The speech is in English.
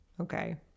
Okay